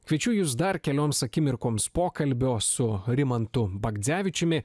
kviečiu jus dar kelioms akimirkoms pokalbio su rimantu bagdzevičiumi